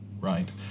right